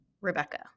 Rebecca